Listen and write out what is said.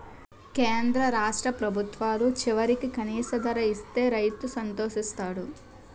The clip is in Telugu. కేంద్ర రాష్ట్ర ప్రభుత్వాలు వరికి కనీస ధర ఇస్తే రైతు సంతోషిస్తాడు